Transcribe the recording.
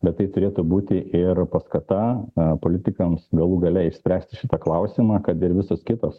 bet tai turėtų būti ir paskata politikams galų gale išspręsti šitą klausimą kad ir visos kitos